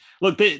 Look